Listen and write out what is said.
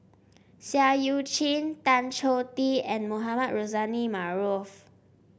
Seah Eu Chin Tan Choh Tee and Mohamed Rozani Maarof